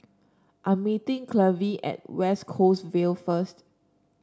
I'm meeting Clevie at West Coast Vale first